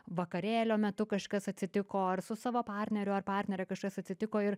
vakarėlio metu kažkas atsitiko ir su savo partneriu ar partnere kažkas atsitiko ir